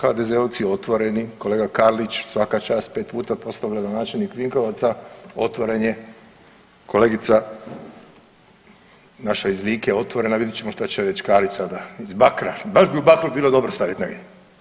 HDZ-ovci otvoreni kolega Karlić svaka čast, pet puta postao gradonačelnik Vinkovaca, otvoren je kolegica naša iz Like otvorena vidjet ćemo šta će reći Karlić sada iz Bakra, baš bi u Bakru bilo dobro stavit negdje.